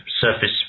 surface